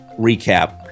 recap